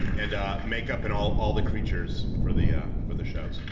and makeup and all all the creatures for the for the shows.